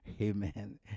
amen